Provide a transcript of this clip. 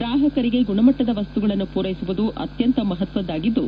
ಗ್ರಾಪಕರಿಗೆ ಗುಣಮಟ್ಲದ ವಸ್ತುಗಳನ್ನು ಪೂರೈಸುವುದು ಅತ್ಯಂತ ಮಹತ್ವದ್ದಾಗಿದ್ದು